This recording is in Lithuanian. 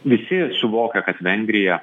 visi suvokia kad vengrija